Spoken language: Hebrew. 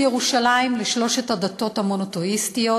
ירושלים לשלוש הדתות המונותיאיסטיות,